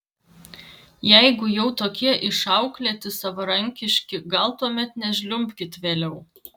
jeigu jau tokie išauklėti savarankiški gal tuomet nežliumbkit vėliau